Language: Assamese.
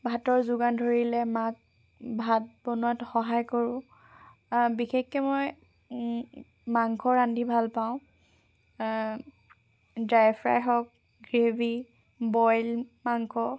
ভাতৰ যোগান ধৰিলে মাক ভাত বনোৱাত সহায় কৰোঁ বিশেষকৈ মই মাংস ৰান্ধি ভালপাওঁ ড্ৰাই ফ্ৰাই হওক গ্ৰেভি বইল মাংস